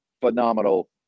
phenomenal